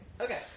Okay